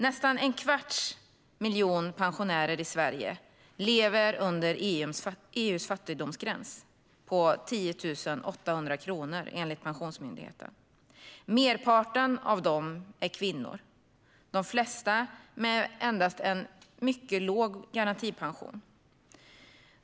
Nästan en kvarts miljon pensionärer i Sverige lever under EU:s fattigdomsgräns på 10 800 kronor, enligt Pensionsmyndigheten. Merparten av dem är kvinnor, och de flesta har endast en mycket låg garantipension.